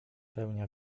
pełnia